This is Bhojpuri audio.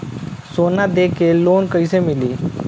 सोना दे के लोन कैसे मिली?